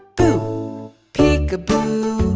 boo peekaboo,